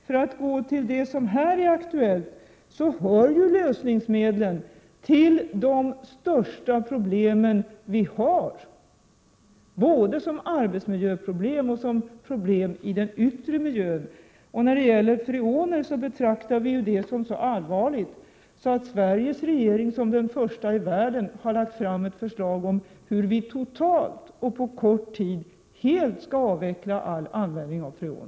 För att gå till det som här är aktuellt vill jag säga att lösningsmedlen ju hör till de största miljöproblem vi har, både för arbetsmiljön och för den yttre miljön. Och när det gäller freoner betraktar vi ju problemet som så allvarligt att Sveriges regering som den första i världen har lagt fram ett förslag om hur vi på kort tid helt skall avveckla all användning av freon.